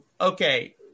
okay